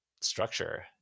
structure